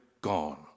gone